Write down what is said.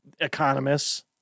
economists